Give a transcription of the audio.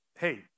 hey